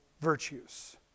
virtues